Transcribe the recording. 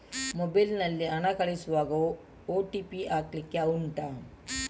mobile ನಲ್ಲಿ ಹಣ ಕಳಿಸುವಾಗ ಓ.ಟಿ.ಪಿ ಹಾಕ್ಲಿಕ್ಕೆ ಉಂಟಾ